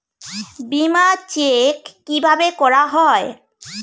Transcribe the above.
বিমা চেক কিভাবে করা হয়?